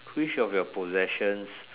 which of your possessions